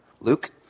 Luke